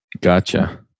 Gotcha